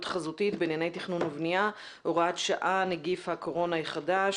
חזותית בענייני תכנון ובנייה (הוראת שעה נגיף הקורונה החדש),